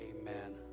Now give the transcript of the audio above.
Amen